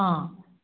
अँ